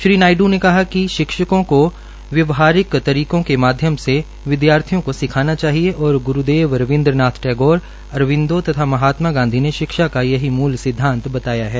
श्री नायड् ने कहा कि शिक्षकों का व्यवहारिक तरीके के माध्यम से विद्यार्थियों को सिखाना चाहिए और ग्रूदेव रवीन्द्रनाथ टैगोर अरविंदो तथा महात्मा गांधी ने शिक्षा का सही मूल सिंद्वात बताया है